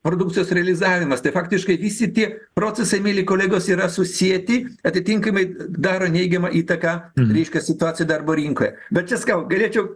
produkcijos realizavimas tai faktiškai visi tie procesai mieli kolegos yra susieti atitinkamai daro neigiamą įtaką reiškia situacijai darbo rinkoje bet čia sakau galėčiau